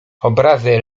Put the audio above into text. obrazy